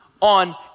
on